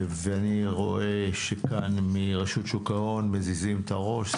אני רואה שמרשות שוק ההון מזיזים את הראש.